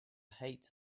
hate